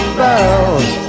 bells